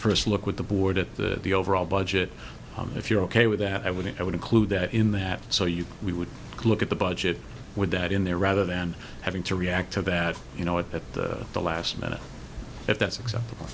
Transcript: first look with the board at the the overall budget if you're ok with that i wouldn't i would include that in that so you can we would look at the budget with that in there rather than having to react to that you know it at the last minute if that's acceptable